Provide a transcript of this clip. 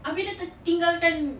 abeh dia tinggalkan